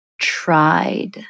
tried